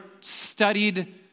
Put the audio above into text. studied